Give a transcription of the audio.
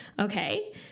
Okay